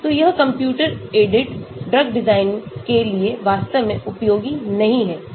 तो यह computer aided drug design के लिए वास्तव में उपयोगी नहीं है